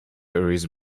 erase